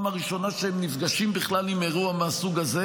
הראשונה שהם נפגשים בכלל עם אירוע מהסוג הזה.